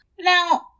Now